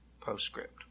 postscript